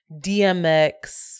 DMX